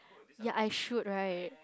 ya I should right